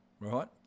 right